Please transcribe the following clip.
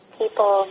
people